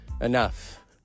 enough